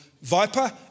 Viper